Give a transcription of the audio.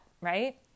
right